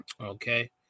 Okay